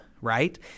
right